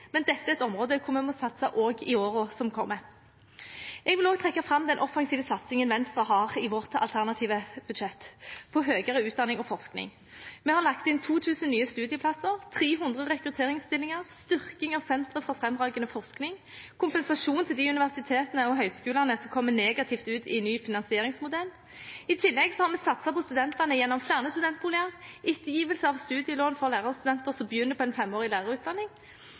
men dette er et område hvor vi må satse også i årene som kommer. Jeg vil også trekke fram den offensive satsingen Venstre har i vårt alternative budsjett på høyere utdanning og forskning. Vi har lagt inn 2 000 nye studieplasser, 300 rekrutteringsstillinger, styrking av sentre for fremragende forskning, og kompensasjon til de universitetene og høyskolene som kommer negativt ut i ny finansieringsmodell. I tillegg har vi satset på studentene gjennom flere studentboliger og ettergivelse av studielån for lærerstudenter som begynner på en femårig lærerutdanning.